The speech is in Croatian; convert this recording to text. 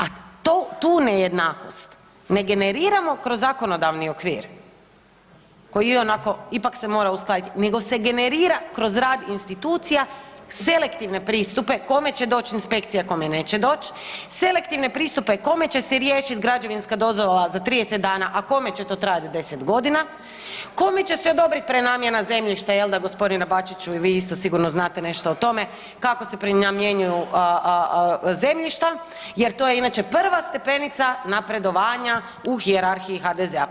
A tu nejednakost ne generiramo kroz zakonodavni okvir koji ionako se mora uskladiti nego se generira kroz rad institucija, selektivne pristupe koje će doći inspekcija kome neće doći, selektivne pristupe kome će se riješiti građevinska dozvola za 30 dana, a kome će to trajati 10 godina, kome će se odobriti prenamjena zemljišta jel da gospodine Bačiću i vi isto sigurno znate nešto o tome kako se prenamjenjuju zemljišta jer to je inače prva stepenica napredovanja u hijerarhiji HDZ-a.